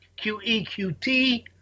QEQT